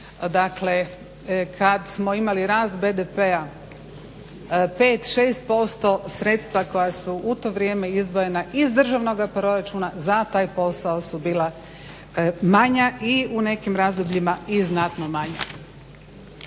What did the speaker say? kada smo imali rast BDP 5, 6% sredstva koja su u to vrijeme izdvojena iz državnoga proračuna za taj posao su bila manja i u nekim razdobljima i znatno manja.